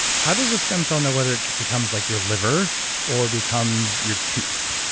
how does a stem cell know whether it becomes like your liver or becomes your tooth,